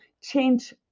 change